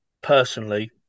personally